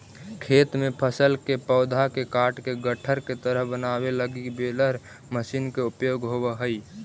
खेत में फसल के पौधा के काटके गट्ठर के तरह बनावे लगी बेलर मशीन के उपयोग होवऽ हई